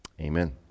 Amen